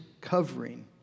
covering